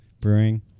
Brewing